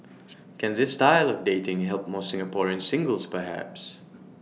can this style of dating help more Singaporean singles perhaps